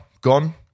gone